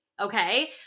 Okay